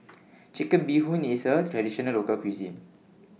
Chicken Bee Hoon IS A Traditional Local Cuisine